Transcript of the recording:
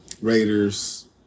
Raiders